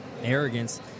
arrogance